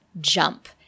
jump